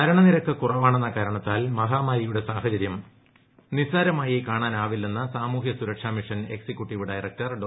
മര്ണനീരക്ക് കുറവാണെന്ന കാരണത്താൽ മഹാമാരിയുടെ സാഹചര്യം നിസാരമായി കാണാനാവില്ലെന്ന് സ്ട്രമൂഹൃ സുരക്ഷാ മിഷൻ എക്സിക്യൂട്ടീവ് ഡയറക്ടർ ഡോ